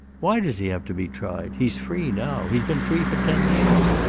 why does he have to be tried? he's free now. he's been free for ten years.